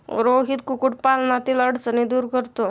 रोहित कुक्कुटपालनातील अडचणी दूर करतो